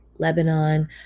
Lebanon